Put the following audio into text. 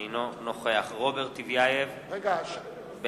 אינו נוכח רוברט טיבייב, בעד